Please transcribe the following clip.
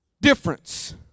difference